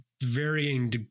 varying